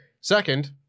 Second